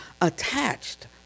attached